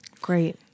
great